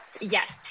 Yes